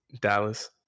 Dallas